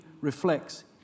reflects